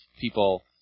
People